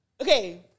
Okay